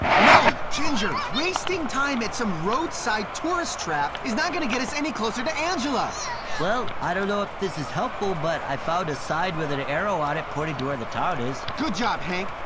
no, ginger, wasting time at some roadside tourist trap is not gonna get us any closer to angela. well, i don't know if this is helpful, but i found a sign with an arrow on it pointing to where the town is. good job, hank.